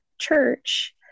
church